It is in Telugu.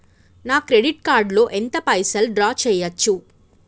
నా క్రెడిట్ కార్డ్ లో ఎంత పైసల్ డ్రా చేయచ్చు?